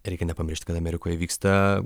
reikia nepamiršti kad amerikoj vyksta